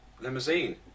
Limousine